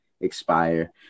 expire